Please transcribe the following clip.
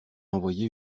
envoyé